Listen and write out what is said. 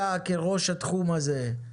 אתה כראש התחום הזה,